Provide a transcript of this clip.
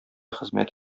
хезмәт